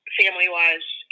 family-wise